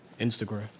Instagram